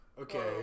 Okay